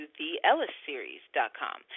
theellisseries.com